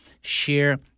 share